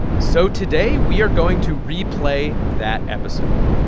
so today, we are going to replay that episode,